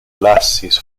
lasis